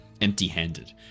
Empty-handed